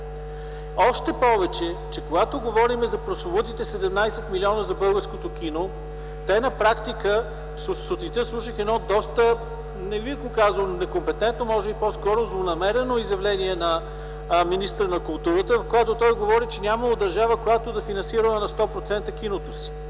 още повече, когато говорим за прословутите 17 милиона за българското кино, те на практика... Сутринта слушах едно доста, не бих казал некомпетентно, може би по-скоро злонамерено изявление на министъра на културата, в което той говори, че нямало държава, която да финансирала на 100% киното си.